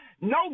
No